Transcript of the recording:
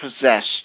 possessed